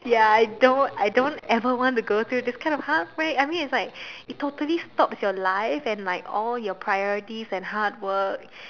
ya I don't I don't ever want to go through this kind of heartbreak I mean it's like it totally stops your life your priority and hard work